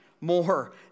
more